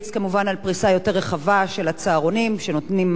על פריסה יותר רחבה של הצהרונים שנותנים מענים,